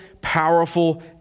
powerful